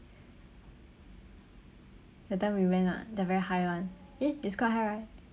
that time we went [what] the very high one eh it's quite high right